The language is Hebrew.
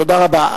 תודה רבה.